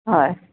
হয়